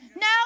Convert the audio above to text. No